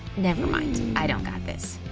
never mind, i don't got this.